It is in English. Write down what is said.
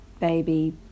baby